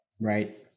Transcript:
right